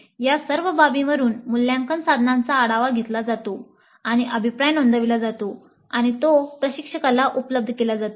या सर्व बाबींवरून मूल्यांकन साधनांचा आढावा घेतला जातो आणि अभिप्राय नोंदविला जातो आणि तो प्रशिक्षकाला उपलब्ध केला जातो